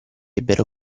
ebbero